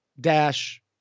dash